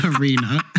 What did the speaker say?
arena